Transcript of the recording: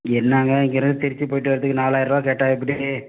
என்னாங்க இங்கேருந்து திருச்சி போய்விட்டு வரதுக்கு நாலாயரூவா கேட்டால் எப்படி